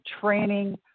training